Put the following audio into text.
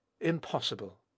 Impossible